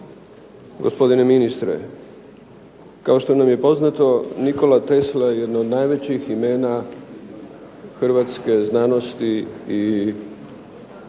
Gospodine ministre, kao što nam je poznato, Nikola Tesla je jedno od najvećih imena hrvatske znanosti i izumiteljstva,